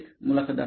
मुलाखतदार होय